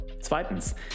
Zweitens